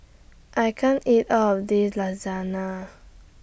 I can't eat All of This Lasagna